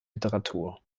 literatur